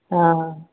हँ